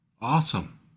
awesome